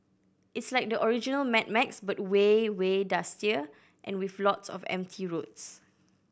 it's like the original Mad Max but way way dustier and with lots of empty roads